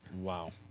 Wow